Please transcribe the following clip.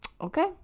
Okay